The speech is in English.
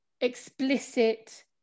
explicit